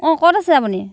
অ ক'ত আছে আপুনি